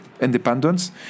independence